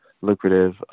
lucrative